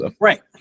Right